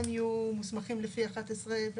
הם יהיו מוסמכים לפי 11?